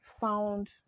found